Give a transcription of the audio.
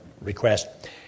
request